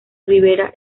ribera